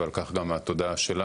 ועל כך גם התודה שלנו,